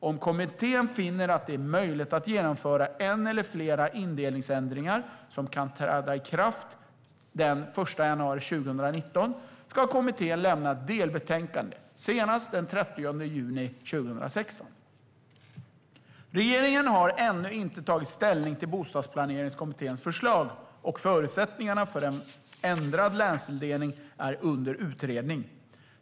Om kommittén finner att det är möjligt att genomföra en eller flera indelningsändringar som kan träda i kraft den 1 januari 2019 ska kommittén lämna ett delbetänkande senast den 30 juni 2016. Regeringen har ännu inte tagit ställning till Bostadsplaneringskommitténs förslag, och förutsättningarna för en ändrad länsindelning är under utredning.